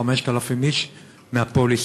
5,000 איש מהפוליסות.